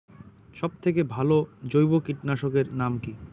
সব থেকে ভালো জৈব কীটনাশক এর নাম কি?